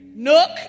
Nook